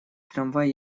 трамвай